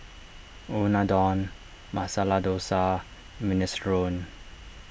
Unadon Masala Dosa Minestrone